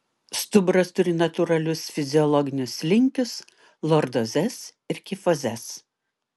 stuburas turi natūralius fiziologinius linkius lordozes ir kifozes